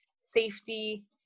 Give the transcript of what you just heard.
safety